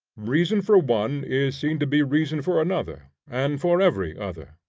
reason for one is seen to be reason for another, and for every other.